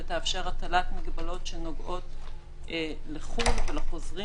ותאפשר הטלת מגבלות שנוגעות לחו"ל ולחוזרים